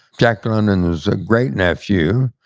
jack london's ah great-nephew,